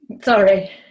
sorry